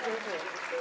Dziękuję.